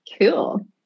cool